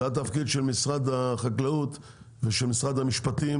זה התפקיד של משרד החקלאות ושל משרד המשפטים